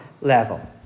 level